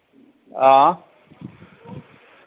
हां